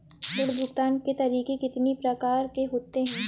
ऋण भुगतान के तरीके कितनी प्रकार के होते हैं?